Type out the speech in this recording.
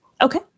Okay